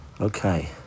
Okay